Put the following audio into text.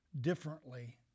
differently